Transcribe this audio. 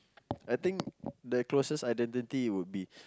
I think the closest identity would be